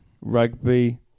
Rugby